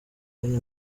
bene